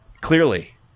Clearly